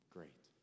Great